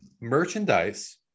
merchandise